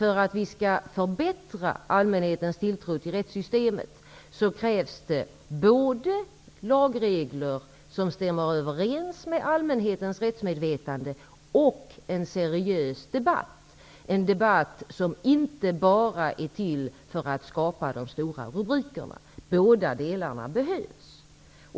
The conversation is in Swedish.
För att vi skall förbättra allmänhetens tilltro till rättssystemet krävs det både lagregler som stämmer överens med allmänhetens rättsmedvetande och en seriös debatt. Det skall vara en debatt som inte bara är till för att skapa de stora rubrikerna. Båda dessa saker behövs.